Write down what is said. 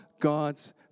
God's